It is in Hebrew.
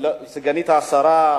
לממש את החזון.